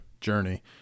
journey